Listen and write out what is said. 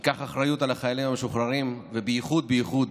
תיקח אחריות על החיילים המשוחררים ובייחוד בייחוד